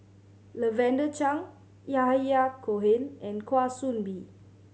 Lavender Chang Yahya Cohen and Kwa Soon Bee